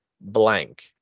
blank